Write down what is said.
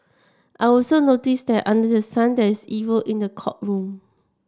I also noticed that under the sun there is evil in the courtroom